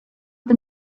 the